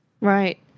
Right